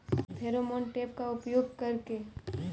Pheromone trap का उपयोग कर के?